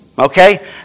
okay